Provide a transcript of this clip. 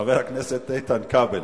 חבר הכנסת איתן כבל.